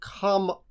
come